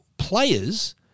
players